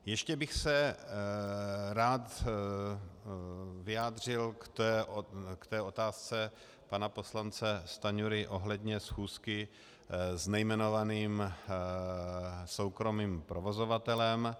Ještě bych se rád vyjádřil k otázce pana poslance Stanjury ohledně schůzky s nejmenovaným soukromým provozovatelem.